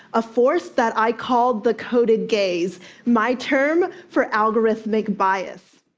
a force that i called the coded gaze my term for algorithmic bias,